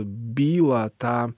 bylą tą